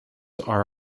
are